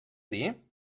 dir